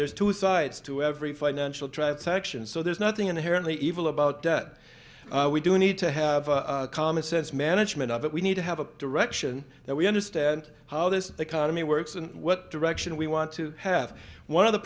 there's two sides to every financial transaction so there's nothing inherently evil about that we do need to have a common sense management of it we need to have a direction that we understand how this economy works and what direction we want to have one of the